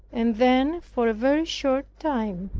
and then for a very short time.